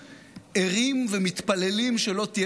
מה התוכנית שלכם?